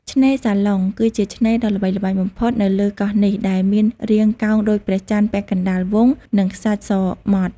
ឆ្នេរសាឡុង គឺជាឆ្នេរដ៏ល្បីល្បាញបំផុតនៅលើកោះនេះ ដែលមានរាងកោងដូចព្រះច័ន្ទពាក់កណ្ដាលវង់ និងខ្សាច់ ស ម៉ដ្ឋ។